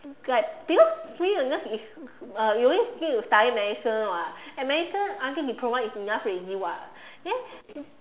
like because being a nurse is uh you only need need to study medicine [what] and medicine until diploma is enough already [what] then